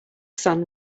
sun